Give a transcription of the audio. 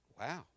Wow